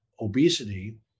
obesity